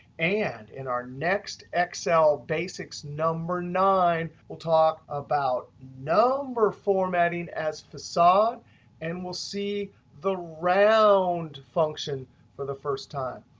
and in our next excel basics, number nine, we'll talk about number formatting as facade and we'll see the round function for the first time.